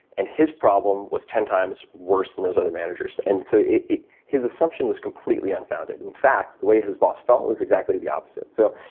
and his problem was ten times worse than those other managers. and so his assumption was completely unfounded. in fact, the way his boss felt was exactly the opposite. so